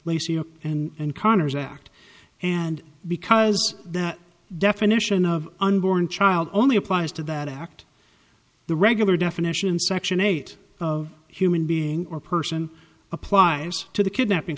least and connor's act and because the definition of unborn child only applies to that act the regular definition in section eight of human being or person applies to the kidnapping